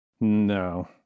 No